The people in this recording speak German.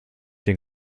den